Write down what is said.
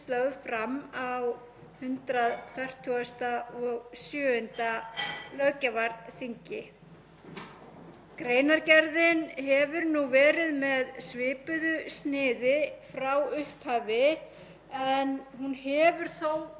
verið með svipuðu sniði frá upphafi en hún hefur þó verið uppfærð með tilliti til breytinga sem hafa orðið á